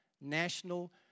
national